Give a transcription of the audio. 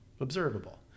observable